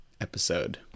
episode